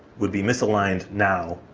would be misaligned now,